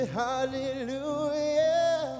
hallelujah